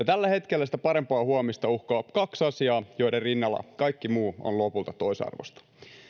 tällä hetkellä sitä parempaa huomista uhkaa kaksi asiaa joiden rinnalla kaikki muu on lopulta toisarvoista